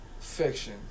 Fiction